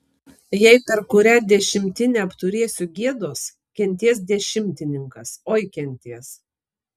jei per kurią dešimtinę apturėsiu gėdos kentės dešimtininkas oi kentės